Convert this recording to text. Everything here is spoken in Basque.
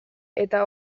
eta